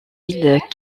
îles